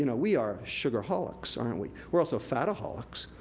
you know we are sugarholics, aren't we? we're also fataholics.